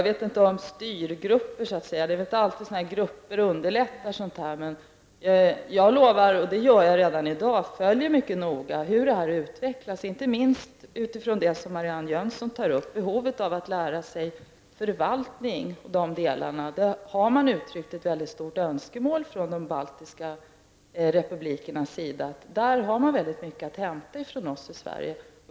Herr talman! Det är väl inte alltid som denna typ av grupper underlättar i sådana här sammanhang. Jag lovar emellertid att jag mycket noga skall följa utvecklingen av detta -- det gör också jag redan i dag -- inte minst utifrån det behov som finns i de baltiska staterna av att lära sig förvaltning. De baltiska republikerna har också uttryckt ett mycket starkt önskemål om att få ta del av detta projekt, eftersom de på detta område har mycket att hämta av oss i Sverige.